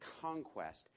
conquest